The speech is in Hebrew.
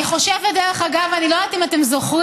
אני חושבת, דרך אגב, אני לא יודעת אם אתם זוכרים: